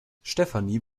stefanie